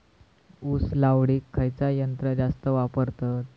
ऊस लावडीक खयचा यंत्र जास्त वापरतत?